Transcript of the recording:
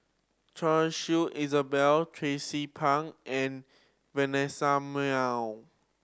Choy Su Tracie Pang and Vanessa Mae